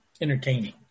entertaining